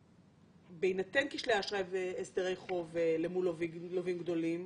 בהינתן כשלי האשראי והסדרי חוב למול לווים גדולים,